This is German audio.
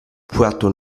porto